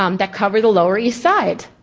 um that cover the lower east side.